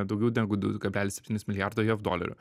daugiau negu du kablelis septynis milijardo jav dolerių